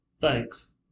Thanks